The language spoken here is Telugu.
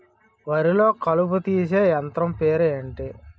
వరి లొ కలుపు తీసే యంత్రం పేరు ఎంటి?